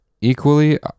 equally